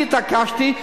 ואני התעקשתי.